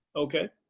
okay.